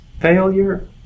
failure